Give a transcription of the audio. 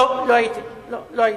אצל נסראללה היית, לא, לא הייתי.